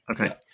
Okay